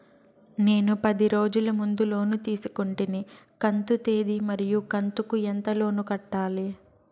నేను పది రోజుల ముందు లోను తీసుకొంటిని కంతు తేది మరియు కంతు కు ఎంత లోను కట్టాలి?